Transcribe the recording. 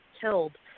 killed